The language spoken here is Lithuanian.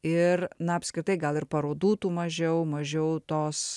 ir na apskritai gal ir parodų tų mažiau mažiau tos